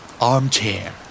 Armchair